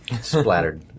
Splattered